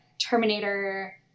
Terminator